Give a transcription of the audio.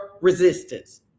resistance